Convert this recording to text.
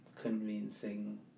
convincing